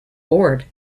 bored